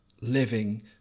living